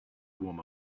warm